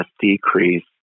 decrease